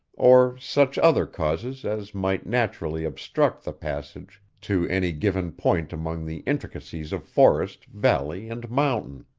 or such other causes as might naturally obstruct the passage to any given point among the intricacies of forest, valley, and mountain.